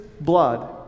blood